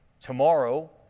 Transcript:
tomorrow